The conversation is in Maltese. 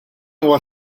huwa